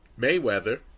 Mayweather